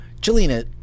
Jelena